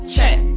Check